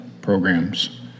programs